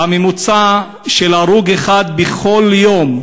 ממוצע של הרוג אחד בכל יום.